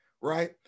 right